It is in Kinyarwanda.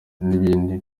n’ibindi